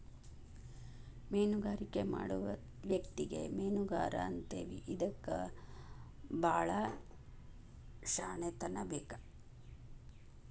ಮೇನುಗಾರಿಕೆ ಮಾಡು ವ್ಯಕ್ತಿಗೆ ಮೇನುಗಾರಾ ಅಂತೇವಿ ಇದಕ್ಕು ಬಾಳ ಶ್ಯಾಣೆತನಾ ಬೇಕ